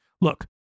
Look